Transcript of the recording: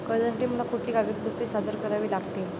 कर्जासाठी मला कुठली कागदपत्रे सादर करावी लागतील?